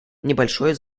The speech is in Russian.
небольшое